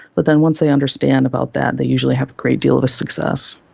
but then once they understand about that they usually have a great deal of success.